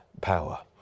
power